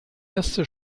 erste